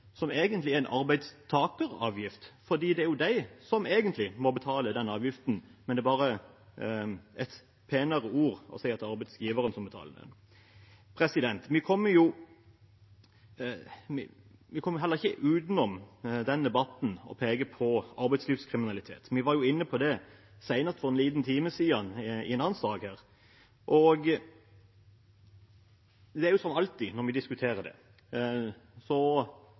som egentlig er en arbeidstakeravgift, for det er arbeidstakerne som egentlig må betale den avgiften, det er bare å bruke penere ord å si at arbeidsgiverne betaler den. Vi kommer heller ikke utenom i denne debatten å peke på arbeidslivskriminalitet. Vi var inne på det senest for en liten time siden i en annen sak her. Det er alltid sånn når vi diskuterer det,